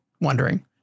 wondering